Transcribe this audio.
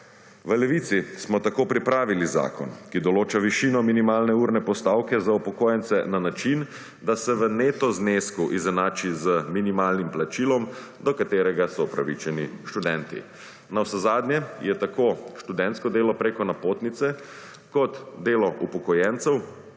V Levici smo tako pripravili zakon, ki določa višino minimalne urne postavke za upokojence, na način, da se v neto znesku izenači z minimalnim plačilom do katerega so upravičeni študenti. Navsezadnje je tako študentsko delo preko napotnice kot delo upokojencev